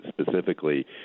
specifically